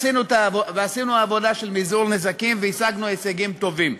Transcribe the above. עשינו עבודה של מזעור נזקים והשגנו הישגים טובים.